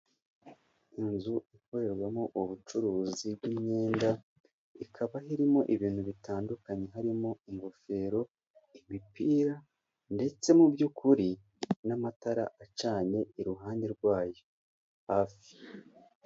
Inzu ikorerwamo ubucuruzi bw'imyenda, ikaba irimo ibintu bitandukanye harimo: ingofero, imipira n'amatara acanye iruhande rwayo hafi.